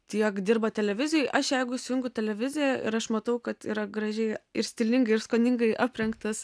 tiek dirba televizijoj aš jeigu įsijungiu televiziją ir aš matau kad yra gražiai ir stilingai ir skoningai aprengtas